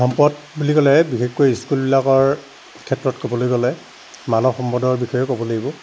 সম্পদ বুলি ক'লে বিশেষকৈ স্কুলবিলাকৰ ক্ষেত্ৰত ক'বলৈ গ'লে মানৱ সম্পদৰ বিষয়েই ক'ব লাগিব